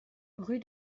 rue